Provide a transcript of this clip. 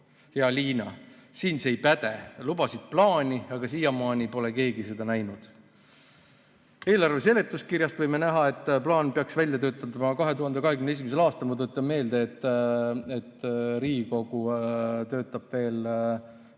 Hea Liina, siin see ei päde! Lubasid plaani, aga siiamaani pole keegi seda näinud. Eelarve seletuskirjast võime näha, et plaan peaks välja töötatud olema 2021. aastal. Ma tuletan meelde, et Riigikogu töötab veel